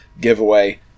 giveaway